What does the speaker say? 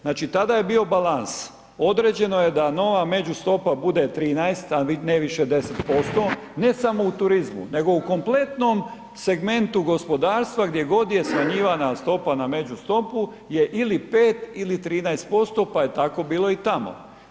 Znači tada je bio balans, određeno je da nova međustopa bude 13 a ne više od 10% ne samo u turizmu nego i kompletnom segmentu gospodarstva gdje god je smanjivana stopa na međustopu je ili 5 ili 13% pa je tako bilo i tamo.